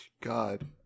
god